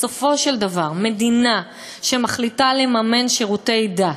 בסופו של דבר, מדינה שמחליטה לממן שירותי דת,